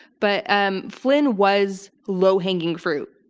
but um flynn was low hanging fruit.